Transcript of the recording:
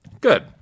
good